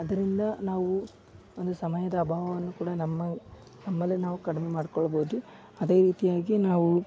ಅದರಿಂದ ನಾವು ಒಂದು ಸಮಯದ ಅಭಾವವನ್ನು ಕೂಡ ನಮ್ಮ ನಮ್ಮಲ್ಲಿ ನಾವು ಕಡಿಮೆ ಮಡ್ಕೊಳ್ಬಹುದು ಅದೇ ರೀತಿಯಾಗಿ ನಾವು